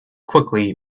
quickly